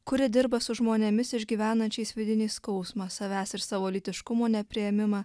kuri dirba su žmonėmis išgyvenančiais vidinį skausmą savęs ir savo lytiškumo nepriėmimą